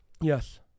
Yes